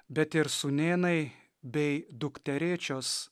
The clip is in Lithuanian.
bet ir sūnėnai bei dukterėčios